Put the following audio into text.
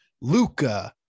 Luca